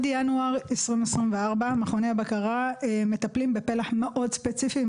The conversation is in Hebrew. עד ינואר 2024 מכוני הבקרה מטפלים בפלח מאוד ספציפי,